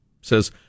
says